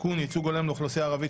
(תיקון - ייצוג הולם לאוכלוסייה הערבית),